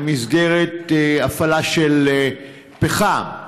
במסגרת הפעלה של פחם,